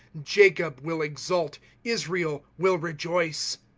jacob will exult, israel will rejoice.